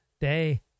day